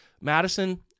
Madison